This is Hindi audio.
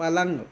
पलंग